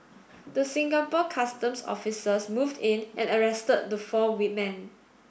the Singapore Customs officers moved in and arrested the four wemen